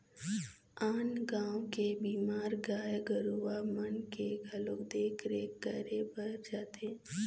आन गाँव के बीमार गाय गरुवा मन के घलोक देख रेख करे बर जाथे